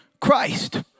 Christ